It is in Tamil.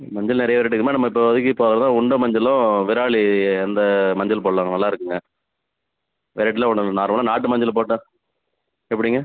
மஞ்சள் நிறைய ரேட் விற்கிதுமா நம்ம இப்போதிக்கு இப்போது அதுதான் உருண்ட மஞ்சளும் விராலி அந்த மஞ்சள் போடலாம்மா நல்லா இருக்குங்க வேறு இடத்துல நார்மலாக நாட்டு மஞ்சள் போட்டா எப்படிங்க